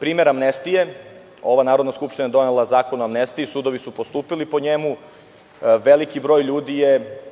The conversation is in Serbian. primer amnestije. Ova narodna skupština je donela Zakon o amnetstiji, sudovi su postupili po njemu, veliki broj ljudi je